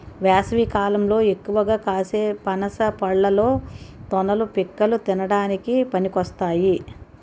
వేసవికాలంలో ఎక్కువగా కాసే పనస పళ్ళలో తొనలు, పిక్కలు తినడానికి పనికొస్తాయి